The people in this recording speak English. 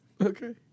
Okay